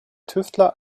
tüftler